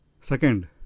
Second